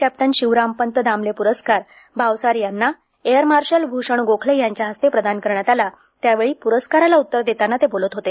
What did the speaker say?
captain Shivrampant Damle पुरस्कार भावसार यांना air marshal Bhushan Gokhale यांच्या हस्ते प्रदान करण्यात आला त्यावेळी पुरस्काराला उत्तर देताना ते बोलत होते